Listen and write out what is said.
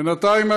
בינתיים,